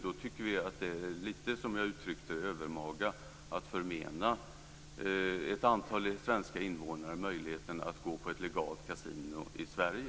Då är det lite övermaga att förmena ett antal svenska invånare möjligheten att spela på ett legalt kasino i Sverige.